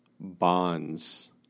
bonds